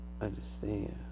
understand